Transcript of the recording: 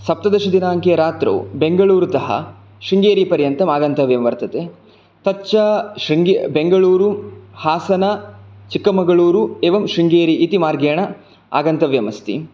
सप्तदशदिनाङ्के रात्रौ बेङ्गलूरुतः शृङ्गेरीपर्यन्तम् आगन्तव्यं वर्तते तच्च बेङ्गलूरु हासन चिक्कमगलुरु एवं शृङ्गेरी इति मार्गेण आगन्तव्यम् अस्ति